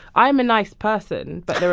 i'm a nice person, but there are.